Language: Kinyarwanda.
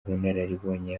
ubunararibonye